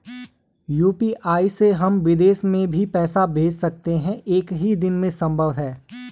UPI से हम विदेश में भी पैसे भेज सकते हैं एक ही दिन में संभव है?